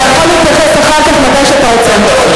אתה יכול להתייחס אחר כך, מתי שאתה רוצה.